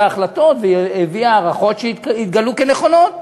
החלטות והביאה הערכות שהתגלו כנכונות.